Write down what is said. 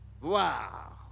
Wow